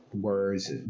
words